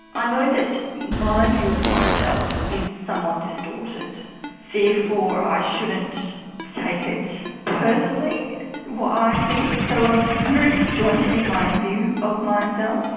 i know that my view of myself is somewhat distorted therefore i shouldn't take it personally what i see. so i'm i'm very disjointed in my view of myself,